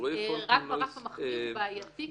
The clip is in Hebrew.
רק הרף המכפיל הוא בעייתי,